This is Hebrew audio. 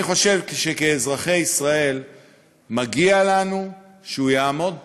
אני חושב שכאזרחי ישראל מגיע לנו שהוא יעמוד פה,